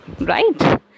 right